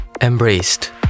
Embraced